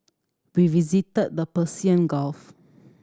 we visited the Persian Gulf